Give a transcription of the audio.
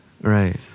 Right